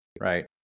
right